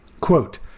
Quote